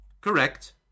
Correct